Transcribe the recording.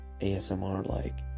ASMR-like